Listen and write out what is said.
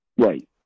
Right